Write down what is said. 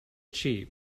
cheap